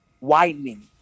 widening